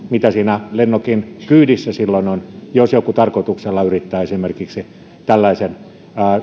mitä siinä lennokin kyydissä silloin on jos joku tarkoituksella yrittää tällaisen